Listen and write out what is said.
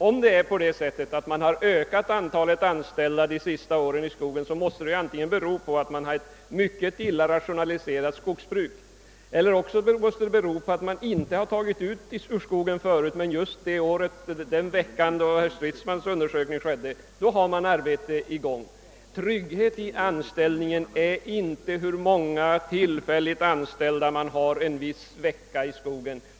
Om antalet anställda i skogen har ökat de senaste åren, måste det antingen bero på att skogsbruket är mycket litet rationaliserat eller på att man inte förut har gjort några större uttag ur skogen men hade stora arbeten i gång just den vecka som den undersökning herr Stridsman åberopade gällde. Tryggheten i anställningen är inte en fråga om hur många tillfälligt anställda som arbetar i skogen en viss vecka.